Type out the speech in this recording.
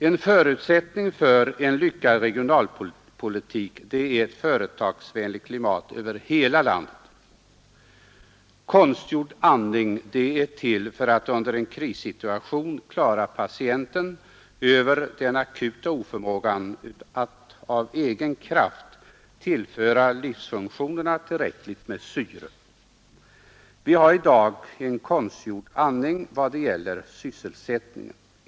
En förutsättning för en lyckad regionalpolitik är ett företagsvänligt klimat i hela landet. Konstgjord andning är till för att under en krissituation klara patienten över den akuta oförmågan att av egen kraft tillföra livsfunktionerna tillräckligt med syre. Vi har i dag en konstgjord andning i vad gäller sysselsättningen.